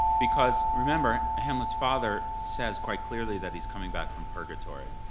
because remember, hamlet's father says quite clearly that he's coming back from purgatory.